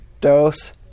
dose